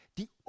die